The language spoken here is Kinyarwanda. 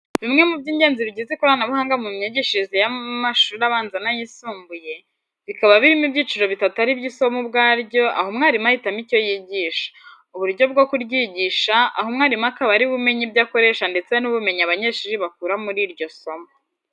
Bimwe mu by'ingenzi bigize ikoranabuhanga mu myigishirize y'amashuri abanza n'ayisumbuye. Bikaba birimo ibyiciro bitatu ari byo isomo ubwaryo aho mwarimu ahitamo icyo yigisha, uburyo bwo kuryigisha aha mwarimu akaba ari we umenya ubwo akoresha ndetse n'ubumenyi abanyeshuri bakura muri iryo somo.